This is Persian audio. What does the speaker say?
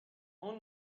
اون